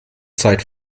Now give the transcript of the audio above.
zeit